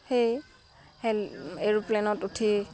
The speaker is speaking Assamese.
সেই এৰোপ্লেনত উঠি